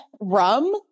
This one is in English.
rum